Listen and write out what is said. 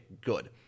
good